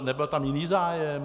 Nebyl v tom jiný zájem?